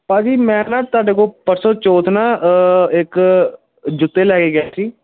ਭਾਅ ਜੀ ਮੈਂ ਨਾ ਤੁਹਾਡੇ ਕੋਲ ਪਰਸੋਂ ਚੌਥ ਨਾ ਇੱਕ ਜੁੱਤੇ ਲੈ ਕੇ ਗਿਆ ਸੀ